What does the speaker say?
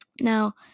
now